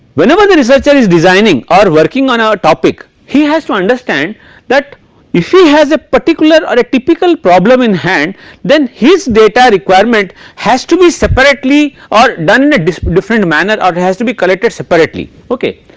whenever the researcher is designing or working on ah a topic he has to understand that if he has a particular or a typical problem in hand then his data requirement has to be separately or done in different manner or has to be collected separately okay.